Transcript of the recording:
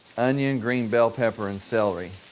onion, green bell pepper and celery.